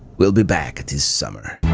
we'll be back this summer.